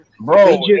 bro